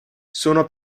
sono